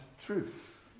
truth